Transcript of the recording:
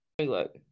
look